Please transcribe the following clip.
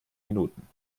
minuten